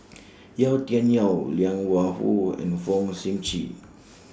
Yau Tian Yau Liang Wenfu and Fong Sip Chee